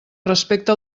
respecta